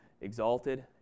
exalted